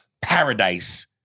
paradise